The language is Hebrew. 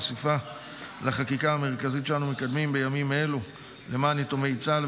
נוסיפה לחקיקה המרכזית שאנו מקיימים בימים אלו למען יתומי צה"ל,